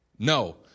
No